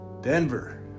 Denver